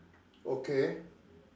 okay